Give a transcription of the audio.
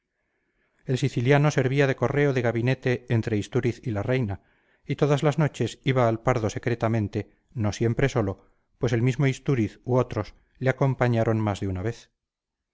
el siciliano servía de correo de gabinete entre istúriz y la reina y todas las noches iba al pardo secretamente no siempre solo pues el mismo istúriz u otros le acompañaron más de una vez